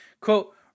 quote